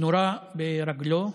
נורה ברגלו.